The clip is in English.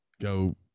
go